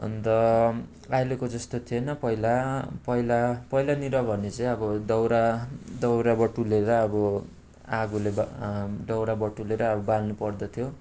अन्त अहिलेको जस्तो थिएन पहिला पहिला पहिलानिर भने चाहिँ अब दाउरा दाउरा बटुलेर अब आगोले बा दाउरा बटुलेर अब बाल्नुपर्दथ्यो